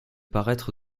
paraître